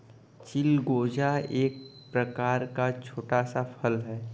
चिलगोजा एक प्रकार का छोटा सा फल है